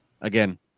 again